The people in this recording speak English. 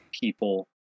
people